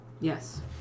Yes